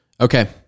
Okay